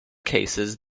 cases